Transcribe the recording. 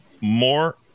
more